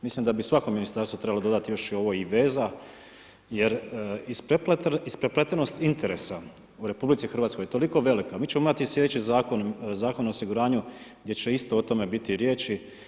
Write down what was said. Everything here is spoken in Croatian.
Mislim da bi svako ministarstvo trebalo dodati još i ovo “i veza“ jer isprepletenost interesa u RH je toliko velika, mi ćemo imati slijedeći zakon, Zakon o osiguranju gdje će isto o tome biti riječi.